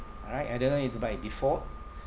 all right I don't know it's by default